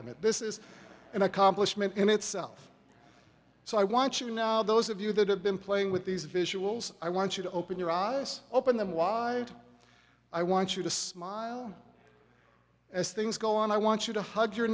limit this is an accomplishment in itself so i want you to know those of you that have been playing with these visuals i want you to open your eyes open them wide i want you to smile as things go on i want you to hug your